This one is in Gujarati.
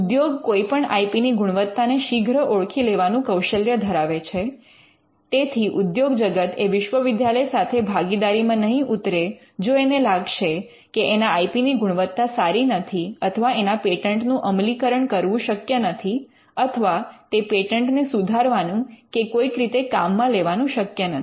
ઉદ્યોગ કોઈપણ આઇ પી ની ગુણવત્તા ને શીઘ્ર ઓળખી લેવાનું કૌશલ્ય ધરાવે છે તેથી ઉદ્યોગ જગત એ વિશ્વવિદ્યાલય સાથે ભાગીદારીમાં નહીં ઉતરે જો એને લાગશે કે એના આઇ પી ની ગુણવત્તા સારી નથી અથવા એના પેટન્ટ નું અમલીકરણ કરવું શક્ય નથી અથવા તે પેટન્ટ ને સુધારવાનું કે કોઈક રીતે કામમાં લેવાનું શક્ય નથી